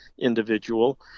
individual